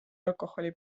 alkoholi